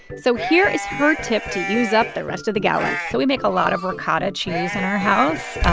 so here is her tip to use up the rest of the gallon so we make a lot of ricotta cheese in our house,